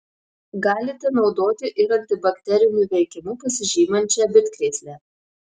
galite naudoti ir antibakteriniu veikimu pasižyminčią bitkrėslę